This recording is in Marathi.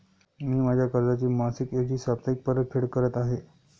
मी माझ्या कर्जाची मासिक ऐवजी साप्ताहिक परतफेड करत आहे